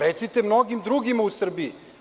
Recite mnogim drugima u Srbiji.